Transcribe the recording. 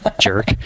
Jerk